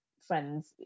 friends